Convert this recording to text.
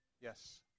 Yes